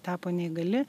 tapo neįgali